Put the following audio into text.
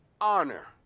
honor